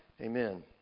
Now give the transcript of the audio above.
Amen